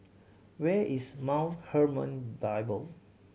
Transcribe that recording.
where is Mount Hermon Bible